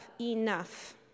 enough